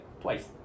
twice